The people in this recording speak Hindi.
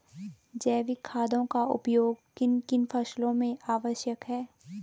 जैविक खादों का उपयोग किन किन फसलों में आवश्यक है?